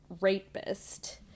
rapist